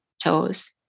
toes